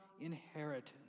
inheritance